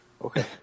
Okay